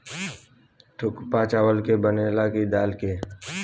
थुक्पा चावल के बनेला की दाल के?